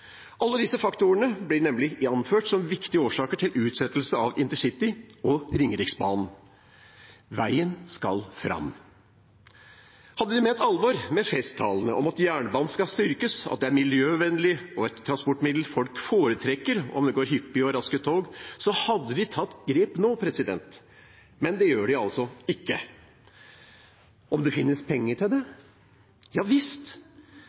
Alle disse faktorene blir nemlig anført som viktige årsaker til utsettelse av InterCity og Ringeriksbanen. Veien skal fram! Hadde de ment alvor med festtalene om at jernbanen skal styrkes, at det er miljøvennlig og et transportmiddel folk foretrekker om det går hyppige og raske tog, hadde de tatt grep nå. Men det gjør de altså ikke. Om det finnes penger til det? Ja visst,